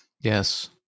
Yes